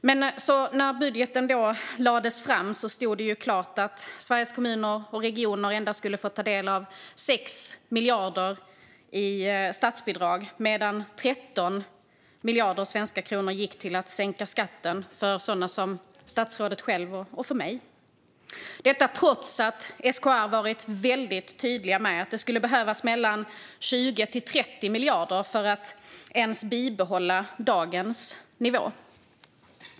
Men när budgeten lades fram stod det klart att Sveriges Kommuner och Regioner endast skulle få ta del av 6 miljarder i statsbidrag, medan 13 miljarder svenska kronor gick till att sänka skatten för sådana som statsrådet själv och mig. Det sker trots att SKR varit väldigt tydligt med att det skulle behövas 20-30 miljarder för att ens bibehålla dagens nivå.